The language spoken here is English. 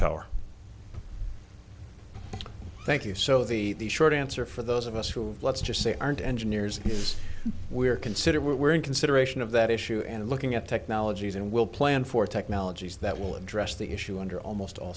tower thank you so the short answer for those of us who let's just say aren't engineers we are considered we're in consideration of that issue and looking at technologies and we'll plan for technologies that will address the issue under almost all